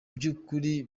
by’ukuri